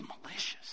malicious